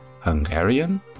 Hungarian